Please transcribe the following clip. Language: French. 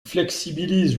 flexibilise